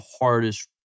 hardest